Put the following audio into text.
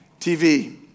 TV